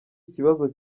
ikibazo